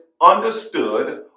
understood